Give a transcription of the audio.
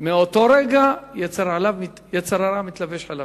מאותו רגע יצר הרע מתלבש עליו.